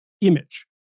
image